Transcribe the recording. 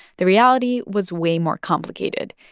the reality was way more complicated.